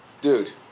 dude